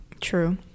true